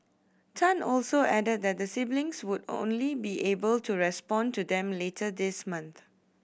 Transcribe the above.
Tan also added that the siblings would only be able to respond to them later this month